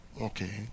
Okay